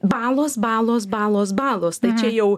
balos balos balos balos tai čia jau